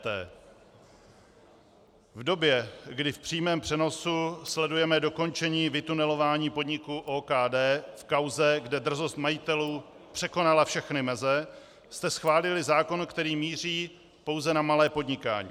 V době, kdy v přímém přenosu sledujeme dokončení vytunelování podniku OKD v kauze, kde drzost majitelů překonala všechny meze, jste schválili zákon, který míří pouze na malé podnikání.